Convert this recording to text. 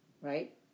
right